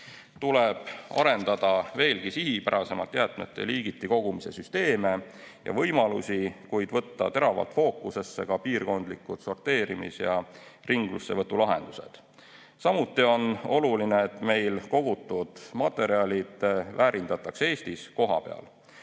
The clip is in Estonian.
Tuleb veelgi sihipärasemalt arendada jäätmete liigiti kogumise süsteeme ja võimalusi, kuid võtta teravalt fookusesse ka piirkondlikud sorteerimis‑ ja ringlussevõtulahendused. Samuti on oluline, et meil kogutud materjalid väärindataks Eestis kohapeal.